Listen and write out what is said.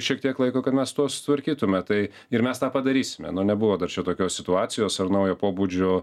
šiek tiek laiko kad mes su tuo susitvarkytume tai ir mes tą padarysime nu nebuvo dar čia tokios situacijos ar naujo pobūdžio